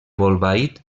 bolbait